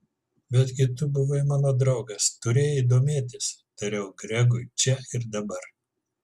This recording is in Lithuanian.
betgi tu buvai mano draugas turėjai domėtis tariau gregui čia ir dabar